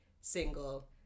single